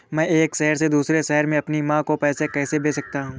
मैं एक शहर से दूसरे शहर में अपनी माँ को पैसे कैसे भेज सकता हूँ?